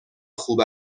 خوب